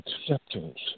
acceptance